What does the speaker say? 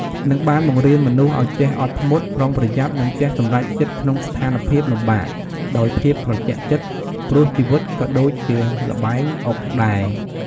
និងបានបង្រៀនមនុស្សឱ្យចេះអត់ធ្មត់ ប្រុងប្រយ័ត្ន និងចេះសម្រេចចិត្តក្នុងស្ថានភាពលំបាកដោយភាពត្រជាក់ចិត្ត ព្រោះជីវិតក៏ដូចជាល្បែងអុកដែរ។